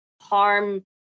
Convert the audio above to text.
harm